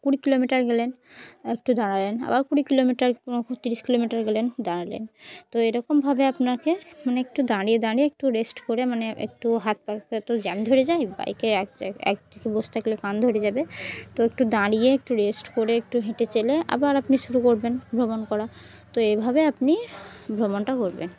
কুড়ি কিলোমিটার গেলেন একটু দাঁড়ালেন আবার কুড়ি কিলোমিটার পঁয়ত্রিশ কিলোমিটার গেলেন দাঁড়ালেন তো এরকমভাবে আপনাকে মানে একটু দাঁড়িয়ে দাঁড়িয়ে একটু রেস্ট করে মানে একটু হাত পাাক তো জ্যাম ধরে যায় বাইকে একায়গ এক থেকে বসতে গেলে কান ধরে যাবে তো একটু দাঁড়িয়ে একটু রেস্ট করে একটু হেঁটে চেলে আবার আপনি শুরু করবেন ভ্রমণ করা তো এভাবে আপনি ভ্রমণটা করবেন